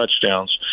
touchdowns